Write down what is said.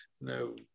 no